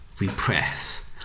repress